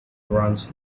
branch